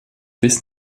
bis